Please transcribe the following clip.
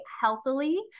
healthily